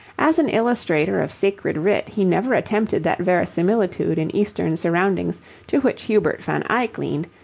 as an illustrator of sacred writ he never attempted that verisimilitude in eastern surroundings to which hubert van eyck leaned,